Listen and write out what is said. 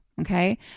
Okay